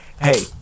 hey